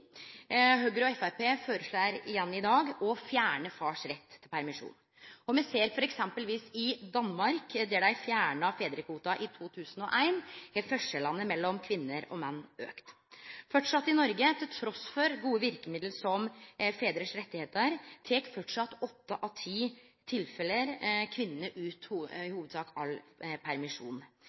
Høgre og Framstegspartiet føreslår i dag igjen å fjerne fars rett til permisjon. Me ser eksempelvis at i Danmark, der dei fjerna fedrekvoten i 2001, har forskjellane mellom kvinner og menn auka. I Noreg, trass i gode verkemiddel som fedrars rettar, tek framleis kvinnene i åtte av ti tilfelle i hovudsak ut